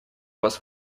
вас